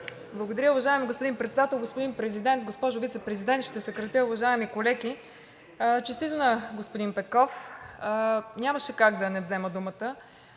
Благодаря. Уважаеми господин Председател, господин Президент, госпожо Вицепрезидент – ще съкратя – уважаеми колеги! Честито на господин Петков! Нямаше как да не взема думата.